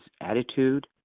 attitude